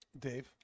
dave